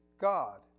God